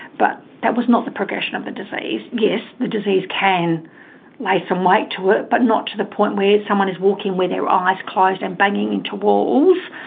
but that was not the progression of the disease. yes, the disease can lay some weight to it but not to the point where someone is walking with their eyes closed and banging into walls.